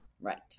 Right